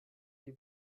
die